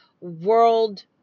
world